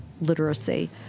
literacy